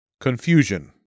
Confusion